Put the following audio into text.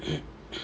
mm